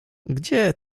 gdzie